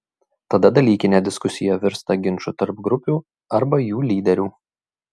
tada dalykinė diskusija virsta ginču tarp grupių arba jų lyderių